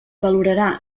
valorarà